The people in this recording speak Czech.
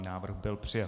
Návrh byl přijat.